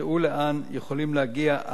ראו לאן יכולים להגיע,